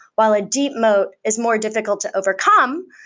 while a deep moat is more difficult to overcome,